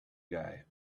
guy